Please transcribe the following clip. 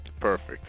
Perfect